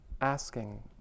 asking